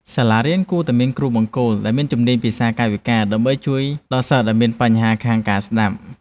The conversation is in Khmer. សាលារៀនគួរតែមានគ្រូបង្គោលដែលមានជំនាញភាសាកាយវិការ ដើម្បីជួយដល់សិស្សដែលមានបញ្ហាខាងការស្តាប់។